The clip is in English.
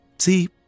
See